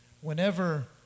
Whenever